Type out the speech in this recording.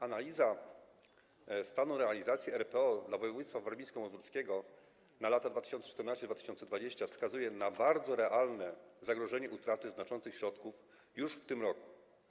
Analiza stanu realizacji „RPO dla województwa warmińsko-mazurskiego na lata 2014-2020” wskazuje na bardzo realne zagrożenie utraty znaczących środków już w tym roku.